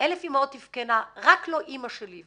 - אלף אימהות תבכינה, רק לא אימא שלי.